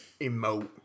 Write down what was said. emote